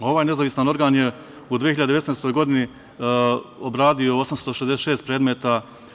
Ovaj nezavisan organ je u 2019. godini obradio 866 predmeta.